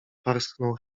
parsknął